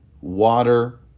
water